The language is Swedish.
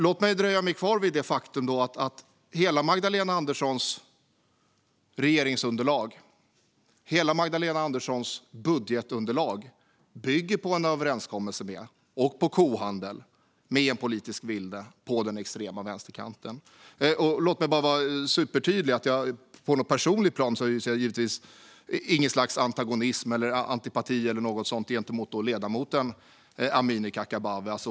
Låt mig dröja mig kvar vid det faktum att hela Magdalena Anderssons regeringsunderlag och budgetunderlag bygger på en överenskommelse med och kohandel med en politisk vilde på den extrema vänsterkanten. Låt mig vara supertydlig. På ett personligt plan hyser jag ingen antagonism, antipati eller något sådant gentemot ledamoten Amineh Kakabaveh.